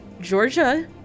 Georgia